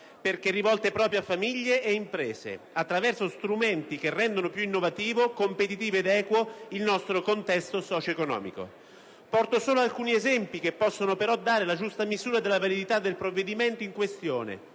perché rivolte proprio a famiglie ed imprese attraverso strumenti che rendono più innovativo, competitivo ed equo il nostro contesto socio‑economico. Riporto solo alcuni esempi che possono però dare la giusta misura della validità del provvedimento in questione.